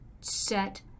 set